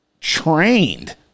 trained